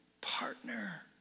Partner